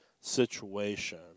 situation